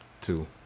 Two